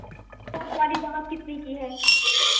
पेट वाली दवा कितने की है